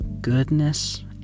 goodness